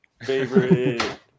Favorite